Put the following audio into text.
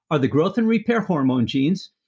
are the growth and repair hormone genes,